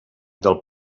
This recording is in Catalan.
del